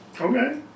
Okay